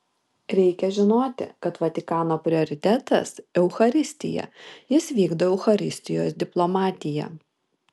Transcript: reikia žinoti kad vatikano prioritetas eucharistija jis vykdo eucharistijos diplomatiją